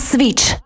Switch